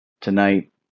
tonight